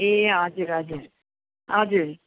ए हजुर हजुर हजुर